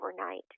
overnight